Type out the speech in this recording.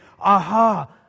Aha